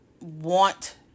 want